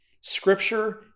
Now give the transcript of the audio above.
Scripture